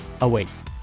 awaits